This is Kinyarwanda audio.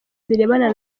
zirebana